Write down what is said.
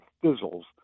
fizzles